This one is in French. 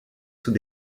sous